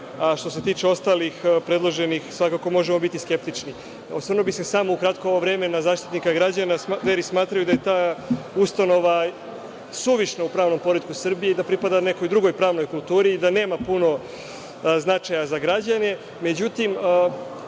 Što se tiče ostalih predloženih, svakako možemo biti skeptični. Osvrnuo bih se samo u ovo kratko vreme na Zaštitnika građana. Dveri smatraju da je ta ustanova suvišna u pravnom poretku Srbije i da pripada nekoj drugoj pravnoj kulturi i da nema puno značaja za građane.